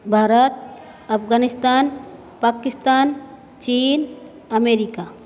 Bharat Afghanistan Pakistan Cheen America